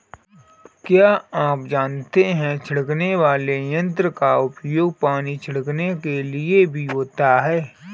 क्या आप जानते है छिड़कने वाले यंत्र का उपयोग पानी छिड़कने के लिए भी होता है?